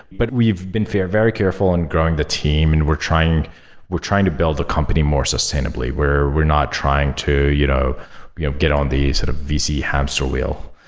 but we've been very careful in growing the team and we're trying we're trying to build the company more sustainably. we're we're not trying to you know you know get on the sort of vc hamster wheel.